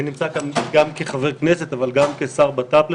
אני נמצא כאן גם כחבר כנסת אבל גם כשר בט"פ לשעבר,